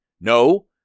no